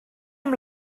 amb